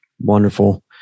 Wonderful